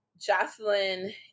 Jocelyn